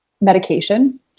medication